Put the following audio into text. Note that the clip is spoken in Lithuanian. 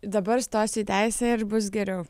dabar stosiu į teisę ir bus geriau